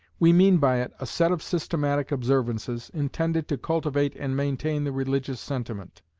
we mean by it, a set of systematic observances, intended to cultivate and maintain the religious sentiment.